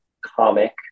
comic